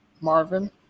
Marvin